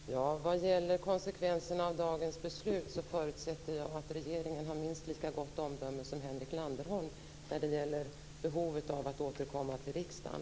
Fru talman! Vad gäller konsekvenserna av dagens beslut förutsätter jag att regeringen har minst lika gott omdöme som Henrik Landerholm när det gäller behovet av att återkomma till riksdagen.